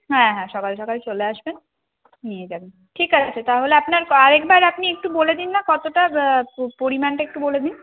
হ্যাঁ হ্যাঁ সকাল সকাল চলে আসবেন নিয়ে যাবেন ঠিক আছে তাহলে আপনার আর একবার আপনি একটু বলে দিন না কতটা পরিমাণটা একটু বলে দিন